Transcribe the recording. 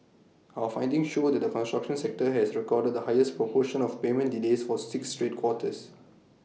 our findings show that the construction sector has recorded the highest proportion of payment delays for six straight quarters